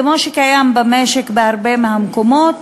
כמו שקיים במשק בהרבה מהמקומות,